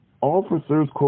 Officers